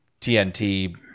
TNT